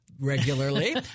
regularly